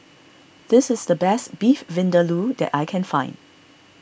this is the best Beef Vindaloo that I can find